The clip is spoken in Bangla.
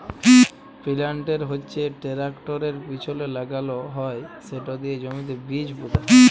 পিলান্টের হচ্যে টেরাকটরের পিছলে লাগাল হয় সেট দিয়ে জমিতে বীজ পুঁতা হয়